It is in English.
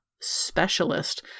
specialist